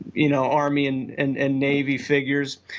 you know army and and and navy figures.